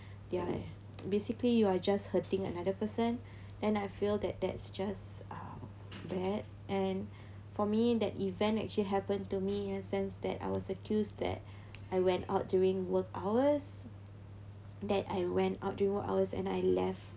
ya basically you are just hurting another person then I feel that that's just uh bad and for me that event actually happen to me in the sense that I was accused that I went out during work hours that I went out during work hours and I left